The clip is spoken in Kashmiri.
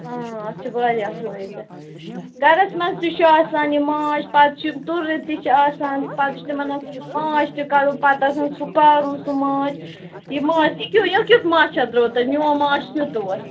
آ اَتھ چھِ واریاہ فٲیدٕ گَرَس منٛز تہِ چھُ آسان یہِ مانٛچھ پَتہٕ چھِ یِم تُلرِ تہِ چھِ آسان پَتہٕ چھُ تِمَن آسان سُہ مانٛچھ تہِ کَڈُن پَتہٕ آسان سُہ کارُن سُہ مانٛچھ یہِ مانٛچھ یہِ کٮُ۪تھ یہِ کٮُ۪تھ مانٛچھا درٛاو تۄہہِ میٛون مانٛچھ کٮُ۪تھ اوس